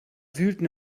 wühlten